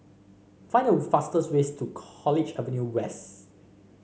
find the fastest way to College Avenue West